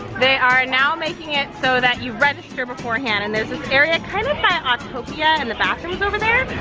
they are now making it so that you register beforehand and there is this area kind of by autopia and the bathrooms over there,